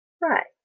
Right